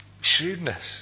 shrewdness